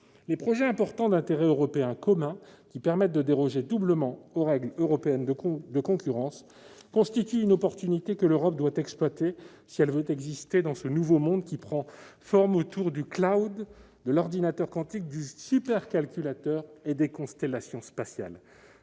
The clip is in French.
Les projets importants d'intérêt européen commun (PIIEC), qui permettent de déroger doublement aux règles européennes de concurrence, constituent une opportunité que l'Europe doit exploiter si elle veut exister dans ce nouveau monde qui prend forme autour du, de l'ordinateur quantique, du supercalculateur et des constellations spatiales.